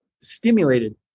stimulated